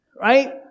right